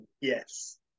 Yes